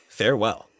farewell